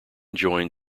joined